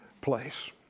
place